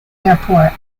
airport